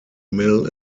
mill